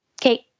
Kate